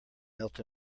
melt